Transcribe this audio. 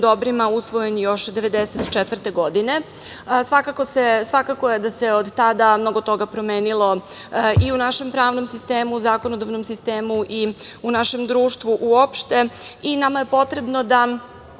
dobrima, usvojen još 1994. godine. Svakako je, da se od tada mnogo toga promenilo i u našem pravnom sistemu, zakonodavnom sistemu i u našem društvu u opšte. Nama je potrebno da